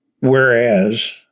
Whereas